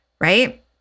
right